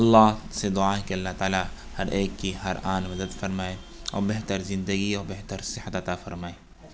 اللہ سے دعا ہے کہ اللہ تعالیٰ ہر ایک کی ہر آن مدد فرمائے اور بہتر زندگی اور بہتر صحت عطا فرمائے